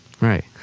Right